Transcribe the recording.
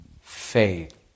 Faith